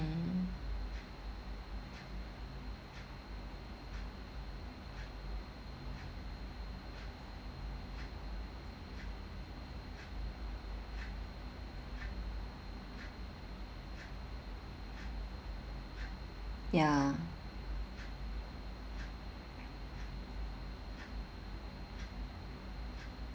ya